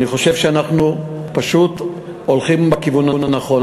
אני חושב שאנחנו פשוט הולכים בכיוון הנכון.